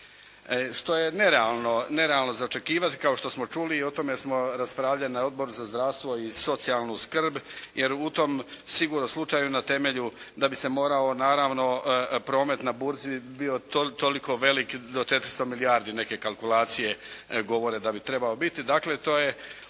što je nerealno za očekivati kao što smo čuli i o tome smo raspravljali na Odboru za zdravstvo i socijalnu skrb jer u tom sigurno slučaju na temelju da bi se morao naravno promet na burzi bi bio toliko velik do 400 milijardi neke kalkulacije govore da bi trebao biti.